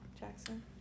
Jackson